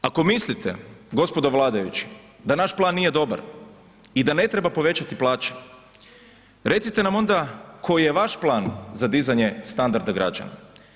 Ako mislite, gospodo vladajući, da naš plan nije dobar i da ne treba povećati plaće, recite nam onda koji je vaš plan za dizanje standarda građana.